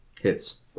Hits